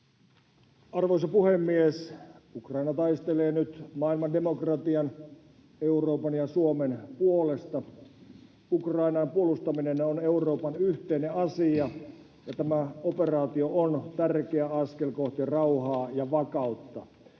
Arvoisa puhemies! Ukraina taistelee nyt maailman demokratian, Euroopan ja Suomen puolesta. Ukrainan puolustaminen on Euroopan yhteinen asia, ja tämä operaatio on tärkeä askel kohti rauhaa ja vakautta.